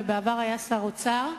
ובעבר היה שר האוצר,